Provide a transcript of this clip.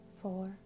four